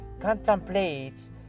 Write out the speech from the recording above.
contemplate